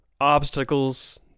obstacles